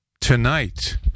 tonight